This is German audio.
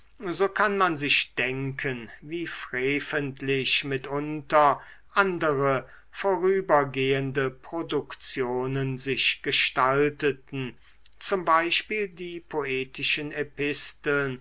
so kann man sich denken wie freventlich mitunter andere vorübergehende produktionen sich gestalteten z b die poetischen episteln